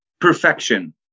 Perfection